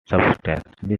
substantially